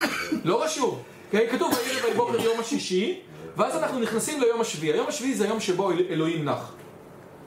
לא רשום, כתוב ויהיה בוקר יום השישי ואז אנחנו נכנסים ליום השביעי היום השביעי זה היום שבו אלוהים נח